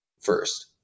first